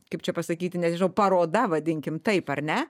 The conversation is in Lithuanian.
kaip čia pasakyti nežinau paroda vadinkim taip ar ne